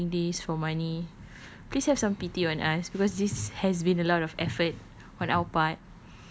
we are doing this for money could you have some pity on us because this has been a lot of effort on our part